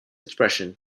expression